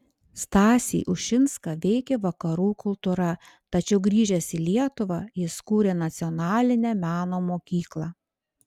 stasį ušinską veikė vakarų kultūra tačiau grįžęs į lietuvą jis kūrė nacionalinę meno mokyklą